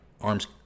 arms